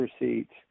receipts